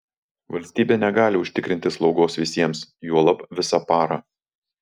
valstybė negali užtikrinti slaugos visiems juolab visą parą